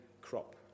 crop